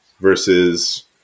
versus